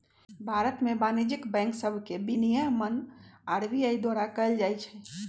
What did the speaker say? भारत में वाणिज्यिक बैंक सभके विनियमन आर.बी.आई द्वारा कएल जाइ छइ